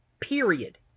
Period